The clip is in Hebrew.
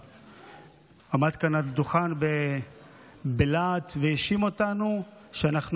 עמד כאן על הדוכן בלהט והאשים אותנו שאנחנו